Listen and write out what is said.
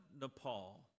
Nepal